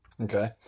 Okay